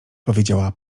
powiedziała